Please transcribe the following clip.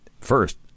First